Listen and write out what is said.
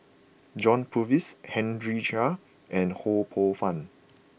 John Purvis Henry Chia and Ho Poh Fun